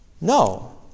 No